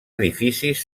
edificis